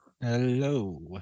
Hello